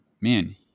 Man